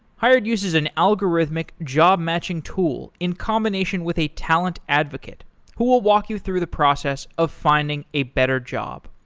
hired uses an algorithmic job-matching tool in combination with a talent advocate who will walk you through the process of finding a better job.